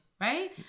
Right